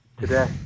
today